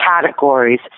categories